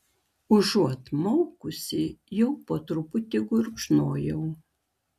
užuot maukusi jau po truputį gurkšnojau